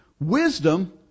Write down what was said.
Wisdom